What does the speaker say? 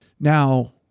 Now